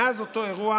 מאז אותו אירוע